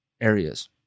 areas